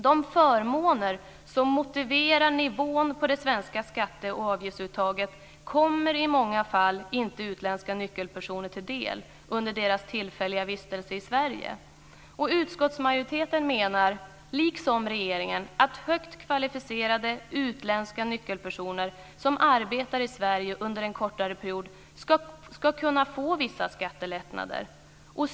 De förmåner som motiverar nivån på det svenska skatteoch avgiftsuttaget kommer i många fall inte utländska nyckelpersoner till del under deras tillfälliga vistelse i Utskottsmajoriteten menar, liksom regeringen, att högt kvalificerade utländska nyckelpersoner som arbetar i Sverige under en kortare period ska kunna få vissa skattelättnader.